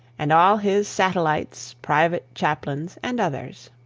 and all his satellites private chaplains, and others.